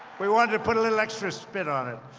we wanted to put a little extra spin on it.